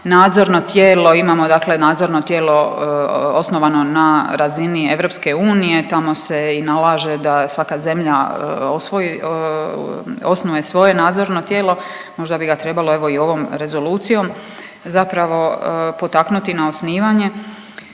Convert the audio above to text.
nadzorno tijelo, imamo dakle nadzorno tijelo osnovano na razini EU, tamo se i nalaže da svaka zemlja osnuje svoje nadzorno tijelo, možda bi ga trebalo evo i ovom rezolucijom zapravo potaknuti na osnivanje